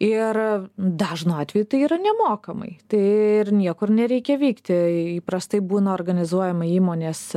ir dažnu atveju tai yra nemokamai tai ir niekur nereikia vykti įprastai būna organizuojama įmonės